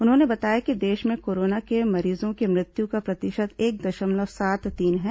उन्होंने बताया कि देश में कोरोना के मरीजों की मृत्यू का प्रतिशत एक दशमलव सात तीन है